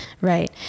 right